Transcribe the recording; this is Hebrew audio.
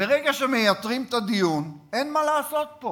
מרגע שמייתרים את הדיון, אין מה לעשות פה.